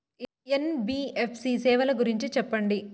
NBFC సేవల గురించి సెప్పండి?